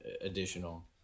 additional